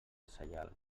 saial